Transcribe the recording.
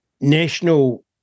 National